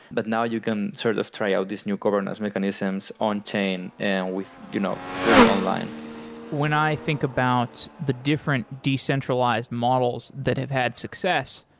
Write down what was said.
but now you can sort of try out this new governance mechanisms on chain and with you know fully online when i think about the different decentralized models that have had success,